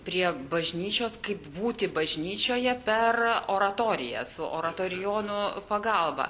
prie bažnyčios kaip būti bažnyčioje per oratoriją su oratorijonų pagalba